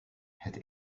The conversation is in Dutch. het